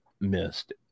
missed